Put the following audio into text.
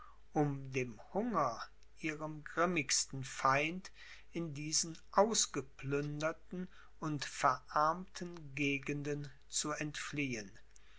um dem hunger ihrem grimmigsten feind in diesen ausgeplünderten und verarmten gegenden zu entfliehen